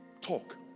Talk